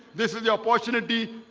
this is the opportunity.